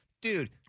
dude